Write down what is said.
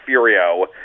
Furio